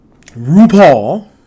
RuPaul